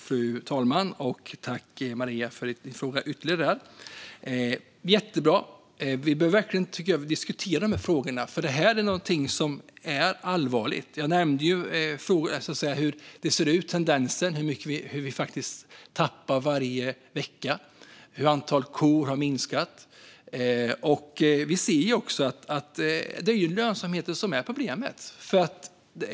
Fru talman! Jag tackar Maria Gardfjell för frågorna. Det här är jättebra. Vi behöver verkligen diskutera frågorna. Det här är allvarligt. Jag nämnde tendensen, att näringen tappar varje vecka. Antalet kor har minskat. Vi ser också att det är lönsamheten som är problemet.